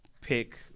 pick